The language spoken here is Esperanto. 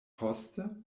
poste